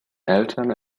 elton